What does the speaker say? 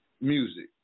music